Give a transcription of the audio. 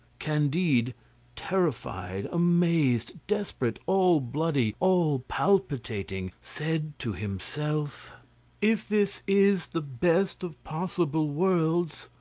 candide, terrified, amazed, desperate, all bloody, all palpitating, said to himself if this is the best of possible worlds,